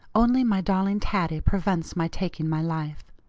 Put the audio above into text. only my darling taddie prevents my taking my life.